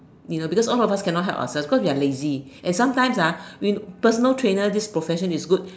you know because all of us cannot help ourselves because we are lazy and sometimes ah we personal trainer this profession is good